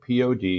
pod